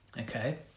okay